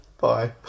Bye